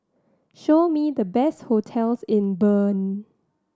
show me the best hotels in Bern